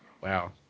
Wow